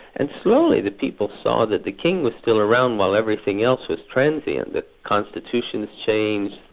and slowly the people saw that the king was still around while everything else was transient. the constitutions changed,